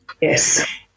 Yes